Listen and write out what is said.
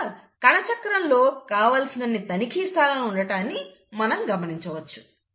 కనుక కణచక్రం లో కావలసినన్ని తనిఖీ స్థానాలు ఉండటాన్ని మనం గమనించవచ్చు